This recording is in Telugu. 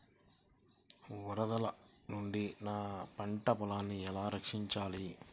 వరదల నుండి నా పంట పొలాలని ఎలా రక్షించాలి?